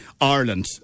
Ireland